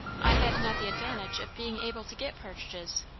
i had not the advantage of being able to get partridges,